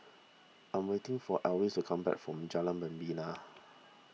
I am waiting for Elvis to come back from Jalan Membina